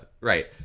Right